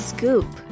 Scoop